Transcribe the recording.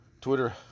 Twitter